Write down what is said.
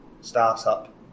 startup